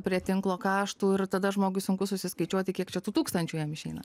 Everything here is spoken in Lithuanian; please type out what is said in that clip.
prie tinklo kaštų ir tada žmogui sunku susiskaičiuoti kiek čia tų tūkstančių jam išeina